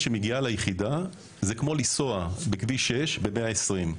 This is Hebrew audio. שמגיעה ליחידה זה כמו לנסוע בכביש 6 על 120 קמ"ש.